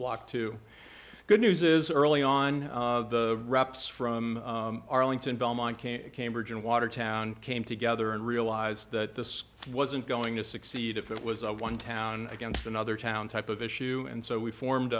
blocked two good news is early on the reps from arlington belmont came cambridge and watertown came together and realized that this wasn't going to succeed if it was a one town against another town type of issue and so we formed